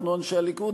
אנחנו אנשי הליכוד,